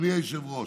אדוני היושב-ראש,